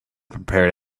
prepared